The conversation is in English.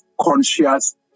conscious